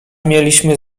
mieliśmy